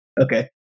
Okay